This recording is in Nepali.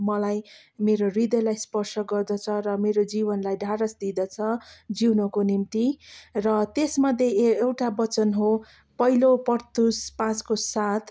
मलाई मेरो हृदयलाई स्पर्श गर्दछ र मेरो जिवनलाई ढाढस दिँदछ जिउनुको निम्ति र त्यसमध्ये एउटा वचन हो पहिलो पत्रुस पाँचको सात